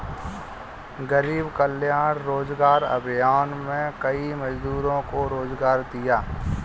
गरीब कल्याण रोजगार अभियान में कई मजदूरों को रोजगार दिया